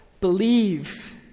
Believe